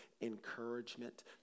encouragement